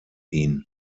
ihn